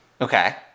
Okay